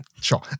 Sure